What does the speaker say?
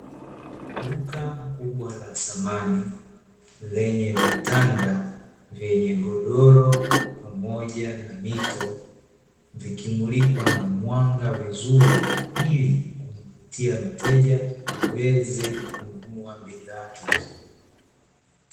Duka kubwa la samani, lenye vitanda vyenye godoro pamoja na mito, vikimulikwa na mwanga vizuri ili kuvutia mteja aweze kununua bidhaa hizo.